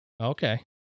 Okay